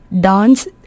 dance